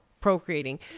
procreating